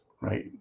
right